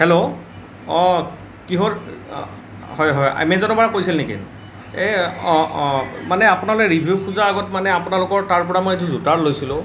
hello অঁ কিহৰ হয় হয় এমেজনৰ পৰা কৈছিল নেকি এই অঁ অঁ মানে আপোনালোকে ৰিভিউ খোজাৰ আগত মানে আপোনালোকৰ তাৰ পৰা মই এযোৰ জোতা লৈছিলোঁ